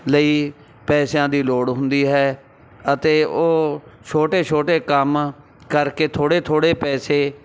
ਲਈ ਪੈਸਿਆਂ ਦੀ ਲੋੜ ਹੁੰਦੀ ਹੈ ਅਤੇ ਉਹ ਛੋਟੇ ਛੋਟੇ ਕੰਮ ਕਰਕੇ ਥੋੜ੍ਹੇ ਥੋੜ੍ਹੇ ਪੈਸੇ